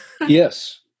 Yes